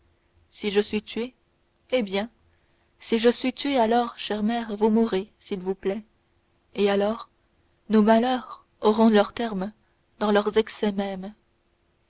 si je suis tué eh bien si je suis tué alors chère mère vous mourrez s'il vous plaît et alors nos malheurs auront leur terme dans leur excès même